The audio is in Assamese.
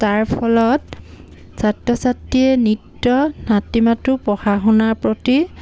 তাৰ ফলত ছাত্ৰ ছাত্ৰীয়ে নৃত্য নাতি মাত্ৰও পঢ়া শুনাৰ প্ৰতি